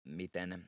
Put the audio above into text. miten